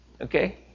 Okay